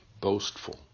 boastful